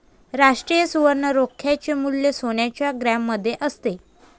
राष्ट्रीय सुवर्ण रोख्याचे मूल्य सोन्याच्या ग्रॅममध्ये असते